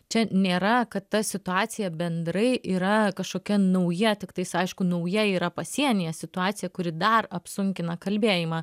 čia nėra kad ta situacija bendrai yra kažkokia nauja tiktais aišku nauja yra pasienyje situacija kuri dar apsunkina kalbėjimą